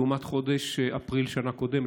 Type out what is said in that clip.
לעומת חודש אפריל בשנה הקודמת,